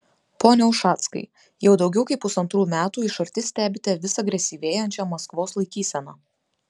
pone ušackai jau daugiau kaip pusantrų metų iš arti stebite vis agresyvėjančią maskvos laikyseną